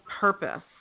purpose